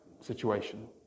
situation